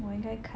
我应该看